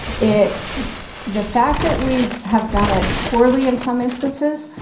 it the fact that we have done it poorly, in some instances,